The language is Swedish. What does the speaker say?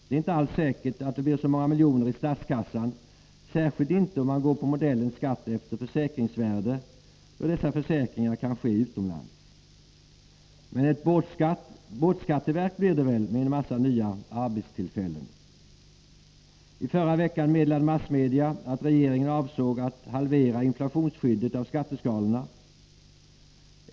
Det är inte alls säkert att det blir så många miljoner i statskassan, särskilt inte om man går på modellen skatt efter försäkringsvärdet, då dessa försäkringar kan ske utomlands. Men ett båtskatteverk blir det väl med en massa nya arbetstillfällen. I förra veckan meddelade massmedia att regeringen avsåg att halvera inflationsskyddet av skatteskalorna.